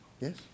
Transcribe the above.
Yes